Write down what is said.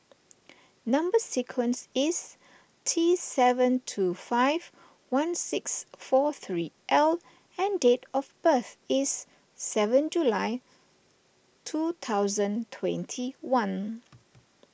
Number Sequence is T seven two five one six four three L and date of birth is seven July two thousand twenty one